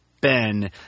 Ben